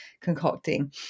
concocting